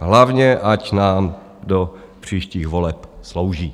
Hlavně ať nám do příštích voleb slouží.